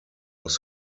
was